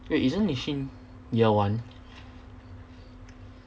wait isn't she year one